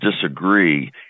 disagree